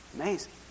Amazing